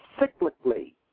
cyclically